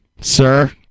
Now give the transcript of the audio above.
Sir